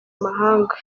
amahanga